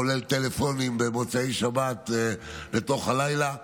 כולל טלפונים במוצאי שבת לתוך הלילה.